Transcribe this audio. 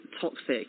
toxic